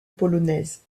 polonaise